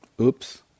oops